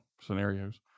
scenarios